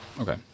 Okay